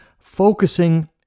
focusing